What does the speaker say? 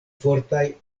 fortaj